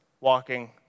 walking